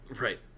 Right